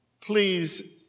Please